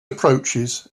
approaches